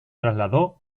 trasladó